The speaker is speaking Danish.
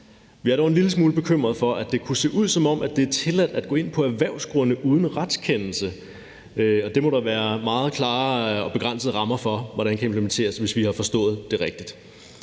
Vi er dog en lille smule bekymrede for, at det kunne se ud, som om det er tilladt at gå ind på erhvervsgrunde uden retskendelse. Det må der være meget klare og begrænsede rammer for hvordan kan implementeres, hvis vi har forstået det rigtigt.